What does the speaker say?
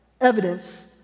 Evidence